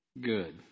good